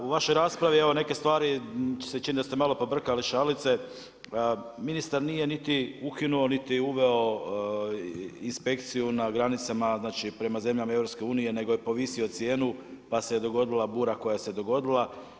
U vašoj raspravi evo neke stvari se čini da ste malo pobrkali šalice, ministar nije niti ukinuo niti uveo inspekciju na granicama, znači prema zemljama EU-a nego je povisio cijenu pa se dogodila bura koja se dogodila.